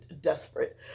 desperate